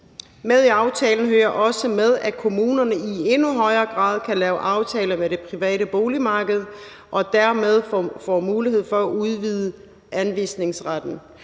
Med i aftalen hører også, at kommunerne i endnu højere grad kan lave aftaler med det private boligmarked og dermed får mulighed for at udvide anvisningsretten.